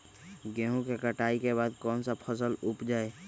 गेंहू के कटाई के बाद कौन सा फसल उप जाए?